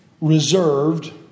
reserved